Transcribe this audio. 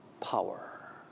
power